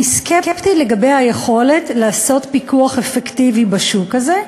אני סקפטי לגבי היכולת לעשות פיקוח אפקטיבי בשוק הזה,